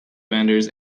vendors